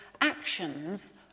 actions